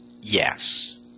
yes